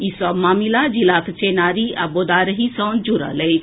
ई सभ मामिला जिलाक चेनारी आ बोदारही सँ जुड़ल अछि